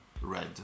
red